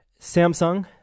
Samsung